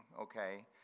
okay